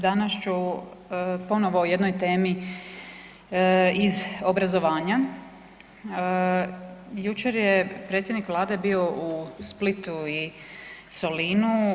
Danas ću ponovo o jednoj temi iz obrazovanja, jučer je predsjednik Vlade bio u Splitu i Solinu.